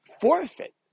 forfeit